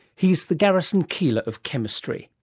he's the garrison keillor of chemistry,